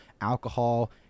alcohol